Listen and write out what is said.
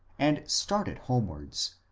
and started homewards,